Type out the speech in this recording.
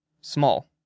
small